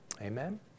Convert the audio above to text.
Amen